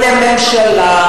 או לממשלה,